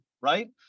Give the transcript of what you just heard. right